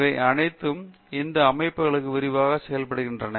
இவை அனைத்தும் இந்த அமைப்புகளுக்கு விரிவாக செயல்படுகின்றன